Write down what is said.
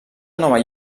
nova